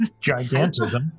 Gigantism